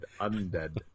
Undead